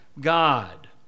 God